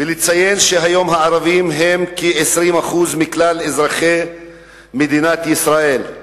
ולציין שהיום הערבים הם כ-20% מכלל אזרחי מדינת ישראל,